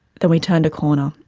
then we turned a corner,